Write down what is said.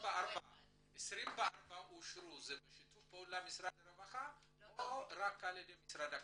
24 אושרו זה בשיתוף פעולה של משרד הרווחה או רק על-ידי משרד הקליטה?